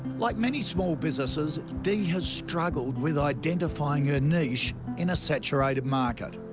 like many small businesses, dee has struggled with identifying her niche in a saturated market.